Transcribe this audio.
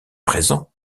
présent